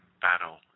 battle